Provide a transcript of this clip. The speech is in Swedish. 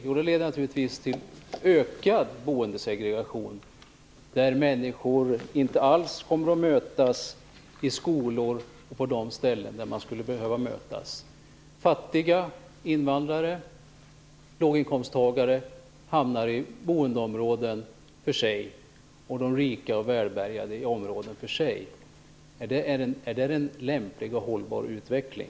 Jo, det leder naturligtvis till ökad boendesegregation där människor inte alls kommer att mötas i skolor på de ställen där de skulle behöva mötas. Fattiga, invandrare och låginkomsttagare hamnar i boendeområden för sig och de rika och välbärgade i områden för sig. Är det en lämplig och hållbar utveckling?